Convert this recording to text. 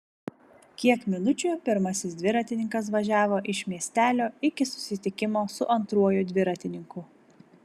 kiek minučių pirmasis dviratininkas važiavo iš miestelio iki susitikimo su antruoju dviratininku